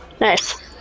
Nice